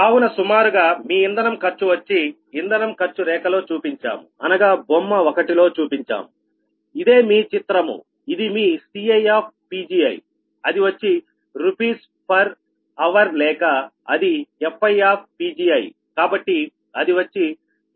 కావున సుమారుగా మీ ఇంధనం ఖర్చు వచ్చి ఇంధనం ఖర్చు రేఖలో చూపించాము అనగా పటం 1 లో చూపించాము ఇదేమీ చిత్రము ఇది మీ Ciఅది వచ్చి రుపీస్ ఫర్ అవర్ లేక అది Fiకాబట్టి అది వచ్చి mega kilo calorie per hour